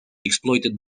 exploited